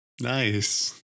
Nice